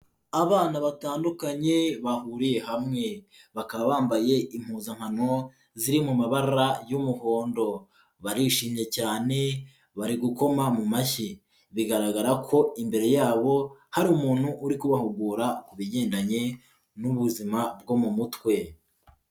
Abana batandukanye bahuriye hamwe, bakaba bambaye impuzankano ziri mu mabara y'umuhondo, barishimye cyane bari gukoma mu mashyi, bigaragara ko imbere yabo hari umuntu uri kubahugura ku bigendanye n'ubuzima bwo mu mutwe.